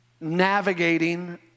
navigating